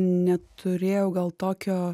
neturėjau gal tokio